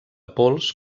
pols